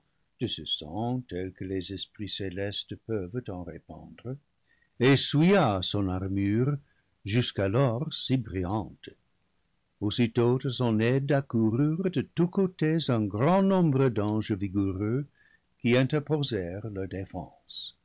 de ce sang tel que les esprits célestes peuvent en répandre et souilla son armure jusqu'alors si brillante aussitôt à son aide ac coururent de tous côtés un grand nombre d'anges vigoureux qui interposèrent leur défense